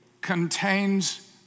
contains